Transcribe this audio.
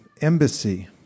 embassy